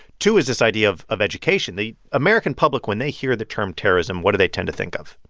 two is this idea of of education. the american public when they hear the term terrorism, what do they tend to think of?